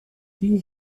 die